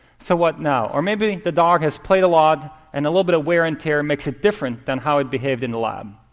so what now? or maybe the the dog has played a lot, and a little bit of wear and tear makes it different than how it behaved in the lab.